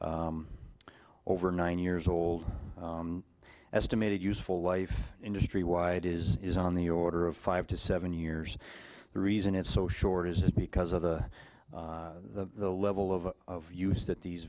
over nine years old estimated useful life industry wide is is on the order of five to seven years the reason it's so short is because of the the level of use that these